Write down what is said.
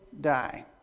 die